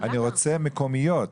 אני רוצה מקומיות.